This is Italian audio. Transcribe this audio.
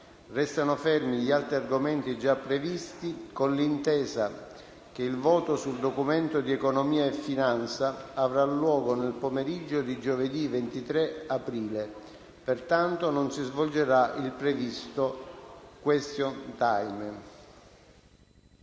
Restano fermi gli altri argomenti già previsti, con l'intesa che il voto sul Documento di economia finanza avrà luogo nel pomeriggio di giovedì 23 aprile. Pertanto non si svolgerà il previsto *question time*.